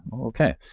Okay